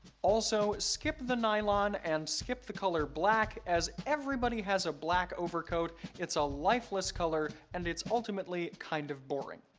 also, skip the nylon and skip the color black, as everybody has a black overcoat, it's a lifeless color and it's ultimately kind of boring.